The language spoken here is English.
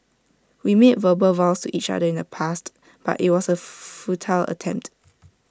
we made verbal vows to each other in the past but IT was A futile attempt